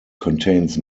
contains